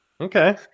Okay